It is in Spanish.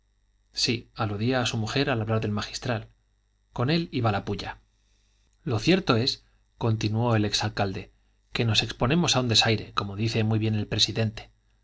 sí aludía a su mujer al hablar del magistral con él iba la pulla lo cierto es continuó el ex alcalde que nos exponemos a un desaire como dice muy bien el presidente